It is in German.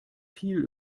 viel